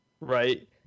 right